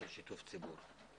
של שיתוף ציבור.